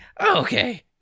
okay